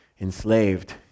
enslaved